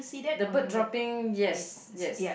the bird dropping yes yes